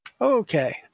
okay